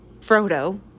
Frodo